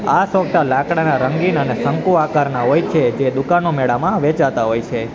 આ સોગટા લાકડાના રંગીન અને શંકુ આકારના હોય છે જે દુકાનો મેળામાં વેચાતા હોય છે